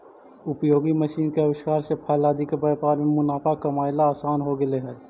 उपयोगी मशीन के आविष्कार से फल आदि के व्यापार में मुनाफा कमाएला असान हो गेले हई